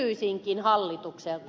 kysyisinkin hallitukselta